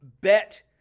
Bet